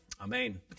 Amen